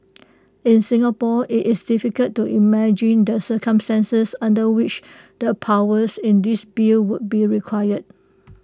in Singapore IT is difficult to imagine the circumstances under which the powers in this bill would be required